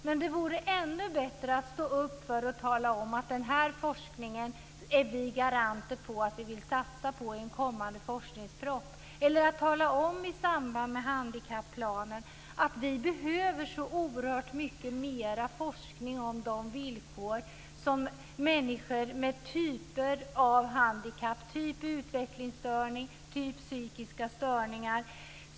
Men det vore ännu bättre att stå upp för och tala om att man garanterar forskningen och vill satsa på den i en kommande forskningsproposition. Man kunde tala om i samband i handikapplanen att vi behöver så oerhört mycket mer forskning om villkoren för människor med olika typer av handikapp, t.ex. utvecklingsstörning och psykiska störningar.